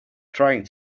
trying